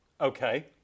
Okay